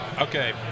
Okay